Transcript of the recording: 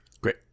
great